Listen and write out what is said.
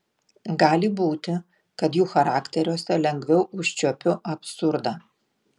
gali būti kad jų charakteriuose lengviau užčiuopiu absurdą